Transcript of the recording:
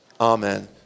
Amen